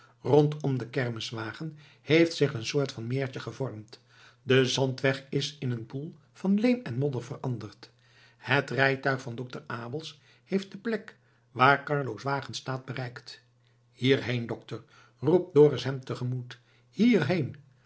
rondom den kermiswagen heeft zich een soort van meertje gevormd de zandweg is in een poel van leem en modder veranderd het rijtuig van dokter abels heeft de plek waar carlo's wagen staat bereikt hierheen dokter roept dorus hem te gemoet hierheen